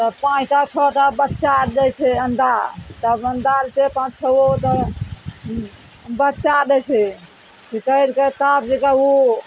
तब पाँच टा छऽ टा बच्चा दै छै अण्डा तब अण्डालसँ पाँच छओ गो ओतय बच्चा दै छै निकालि कए साफ जेकाँ उ